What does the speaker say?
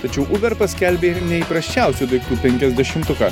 tačiau uber paskelbė ir neįprasčiausių daiktų penkiasdešimtuką